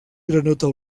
granota